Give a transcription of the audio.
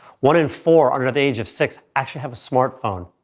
one in four under the age of six actually have a smart phone.